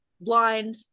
blind